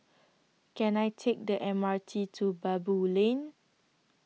Can I Take The M R T to Baboo Lane